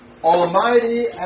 Almighty